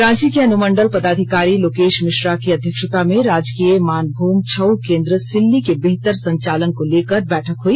रांची के अनुमंडल पदाधिकारी लोकेष मिश्रा की अध्यक्षता में राजकीय मानभूम छऊ केंद्र सिल्ली के बेहतर संचालन को लेकर बैठक हुई